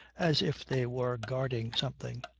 as if they were guarding something.